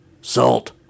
Salt